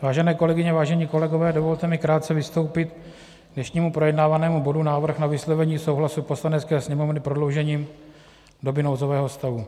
Vážené kolegyně, vážení kolegové, dovolte mi krátce vystoupit k dnešnímu projednávanému bodu Návrh na vyslovení souhlasu Poslanecké sněmovny s prodloužením doby nouzového stavu.